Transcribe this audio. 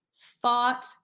thought